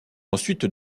ensuite